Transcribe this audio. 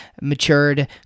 matured